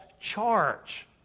charge